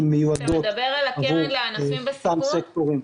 שמיועדות עבור --- אתה מדבר על הקרן לעסקים בסיכון?